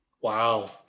wow